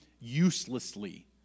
uselessly